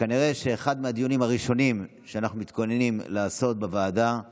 כנראה אחד מהדיונים הראשונים שאנחנו מתכוננים לעשות בוועדה הוא